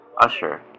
Usher